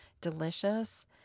delicious